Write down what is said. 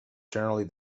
generally